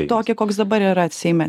tokį koks dabar yra seime